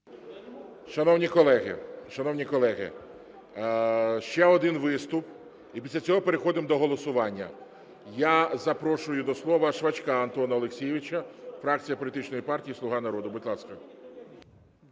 шановні колеги, ще один виступ і після цього переходимо до голосування. Я запрошую до слова Швачка Антона Олексійовича, фракція політичної партії "Слуга народу". Будь ласка.